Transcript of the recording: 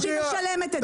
או שהיא משלמת את זה?